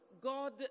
God